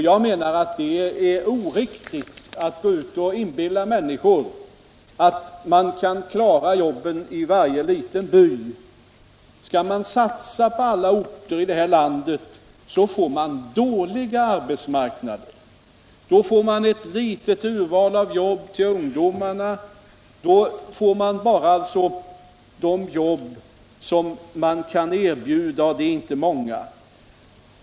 Jag menar att det är oriktigt att gå ut och inbilla människor att man kan klara jobben i varje liten by. Skall man satsa på alla orter i det här landet får man dåliga arbetsmarknader. Då får man ett litet urval av jobb till ungdomarna. Då blir det bara ett fåtal jobb som man kan erbjuda.